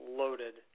loaded